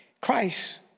Christ